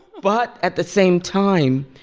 but at the same time,